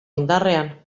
indarrean